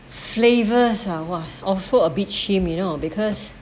flavours ah !wah! also a bit cheem you know because